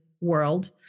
world